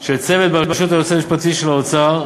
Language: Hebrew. של צוות בראשות היועץ המשפטי של משרד האוצר,